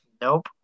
Nope